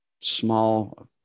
small